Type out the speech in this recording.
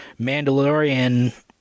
Mandalorian